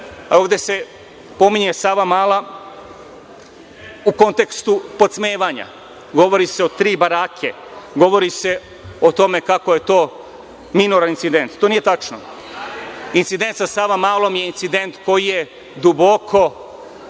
Ovde se pominje Savamala u kontekstu podsmevanja. Govori se o tri barake. Govori se o tome kako je to minoran incident. To nije tačno. Incident sa Savamalom je incident koji je duboko